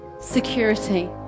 security